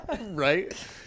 Right